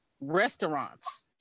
restaurants